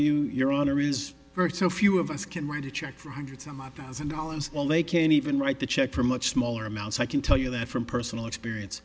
you your honor is berto few of us can write a check for a hundred some odd thousand dollars well they can even write the check for a much smaller amount so i can tell you that from personal experience